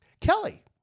Kelly